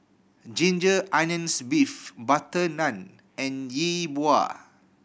ginger onions beef butter naan and Yi Bua